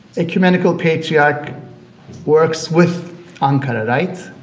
ecumenical patriarch works with ankara, right?